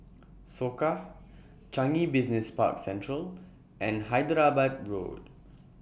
Soka Changi Business Park Central and Hyderabad Road